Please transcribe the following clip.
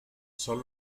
son